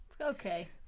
Okay